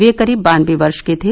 वह करीब बानवे वर्ष के थे